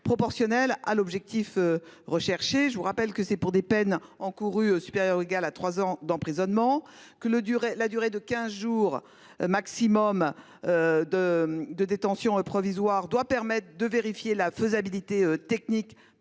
proportionnelles à l'objectif. Je vous rappelle qu'il ne concerne que des peines encourues supérieures ou égales à trois ans d'emprisonnement. La durée de quinze jours maximum de détention provisoire doit permettre de vérifier la faisabilité technique